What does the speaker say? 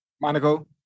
Monaco